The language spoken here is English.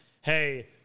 hey